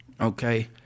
Okay